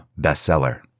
bestseller